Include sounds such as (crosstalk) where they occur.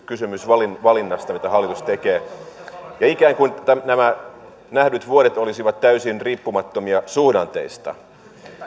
(unintelligible) kysymys valinnasta mitä hallitus tekee ja ikään kuin nämä nähdyt vuodet olisivat täysin riippumattomia suhdanteista